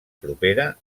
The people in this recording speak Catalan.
propera